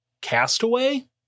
Castaway